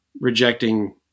rejecting